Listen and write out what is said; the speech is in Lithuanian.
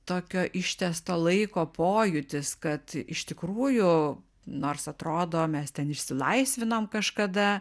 tokio ištęsto laiko pojūtis kad iš tikrųjų nors atrodo mes ten išsilaisvinom kažkada